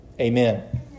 Amen